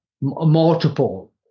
multiple